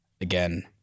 again